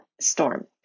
storm